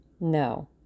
No